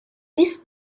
this